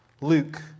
Luke